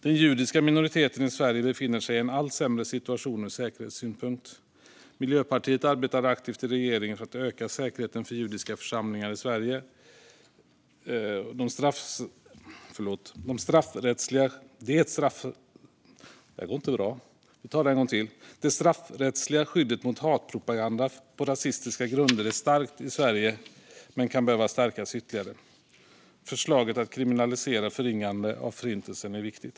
Den judiska minoriteten i Sverige befinner sig i en allt sämre situation ur säkerhetssynpunkt. Miljöpartiet arbetade aktivt i regeringen för att öka säkerheten för judiska församlingar i Sverige. Det straffrättsliga skyddet mot hatpropaganda på rasistiska grunder är starkt i Sverige men kan behöva stärkas ytterligare. Förslaget att kriminalisera förringande av Förintelsen är viktigt.